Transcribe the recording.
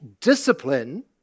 discipline